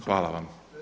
Hvala vam.